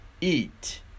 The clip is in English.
Eat